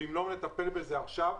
ואם לא נטפל בזה עכשיו,